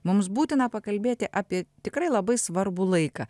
mums būtina pakalbėti apie tikrai labai svarbų laiką